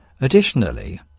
Additionally